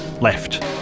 left